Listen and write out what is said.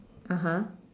(uh huh)